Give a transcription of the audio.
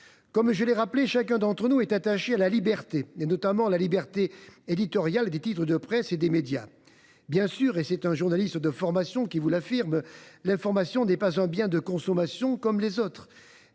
Comme je l’ai rappelé, chacun d’entre nous est attaché à la liberté, notamment la liberté éditoriale des titres de presse et des médias. Bien sûr, et c’est un journaliste de formation qui vous l’affirme, l’information n’est pas un bien de consommation comme les autres.